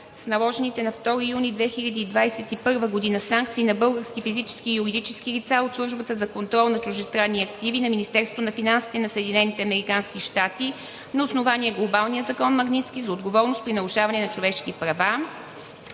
с наложените на 2 юни 2021 г. санкции на български физически и юридически лица от Службата за контрол на чуждестранни активи на Министерството на финансите на Съединените американски щати на основание Глобалния закон „Магнитски“ за отговорност при нарушаване на човешки права.